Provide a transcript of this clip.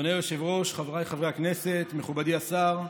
אדוני היושב-ראש, חבריי חברי הכנסת, מכובדי השר,